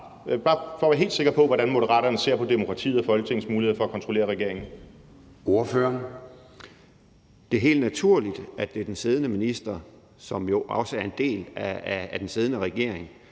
bare for at være helt sikker på, hvordan Moderaterne ser på demokratiet og Folketingets muligheder for at kontrollere regeringen. Kl. 10:37 Formanden (Søren Gade): Ordføreren. Kl. 10:38 Henrik Frandsen (M): Det er helt naturligt, at det er den siddende minister, som jo også er en del af den siddende regering,